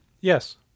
Yes